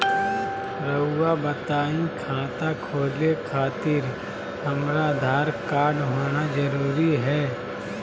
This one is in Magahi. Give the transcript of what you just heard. रउआ बताई खाता खोले खातिर हमरा आधार कार्ड होना जरूरी है?